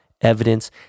evidence